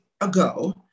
ago